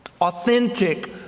authentic